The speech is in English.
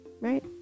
right